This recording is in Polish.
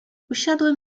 usiadłem